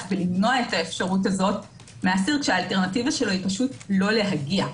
ולמנוע את האפשרות הזו מאסיר כשהאפשרות שלו היא לא להגיע.